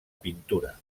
pintura